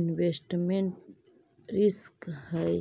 investment risk हई